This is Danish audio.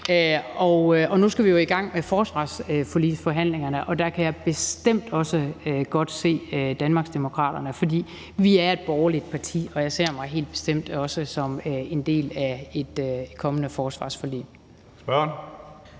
Nu skal vi jo i gang med forsvarsforligsforhandlingerne, og der kan jeg bestemt også godt se Danmarksdemokraterne, for vi er et borgerligt parti, og jeg ser os helt bestemt også som en del af et kommende forsvarsforlig. Kl.